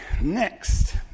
next